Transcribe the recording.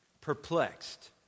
Perplexed